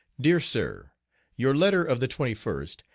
dear sir your letter of the twenty first,